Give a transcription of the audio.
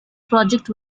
project